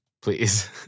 Please